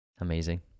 Amazing